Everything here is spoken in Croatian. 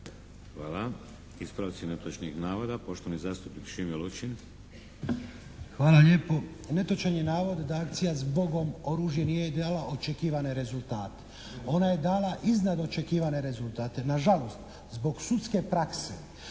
Hvala. Ispravci netočnih navoda, poštovani zastupnik Šime Lučin. **Lučin, Šime (SDP)** Hvala lijepo. Netočan je navod da akcija "zbogom oružje" nije dala očekivane rezultate. Ona je dala iznad očekivane rezultate. Na žalost zbog sudske prakse